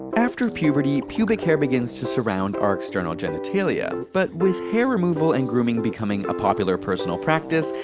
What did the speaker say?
after puberty, pubic hair begins to surround our external genitalia. but with hair removal and grooming becoming a popular personal practice,